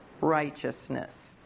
righteousness